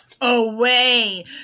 Away